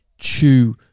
chew